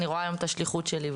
אני רואה היום את השליחות שלי.